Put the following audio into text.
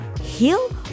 heal